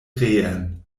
reen